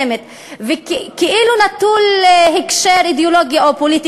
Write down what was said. כאילו נטול הקשר אידיאולוגי או פוליטי,